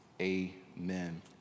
Amen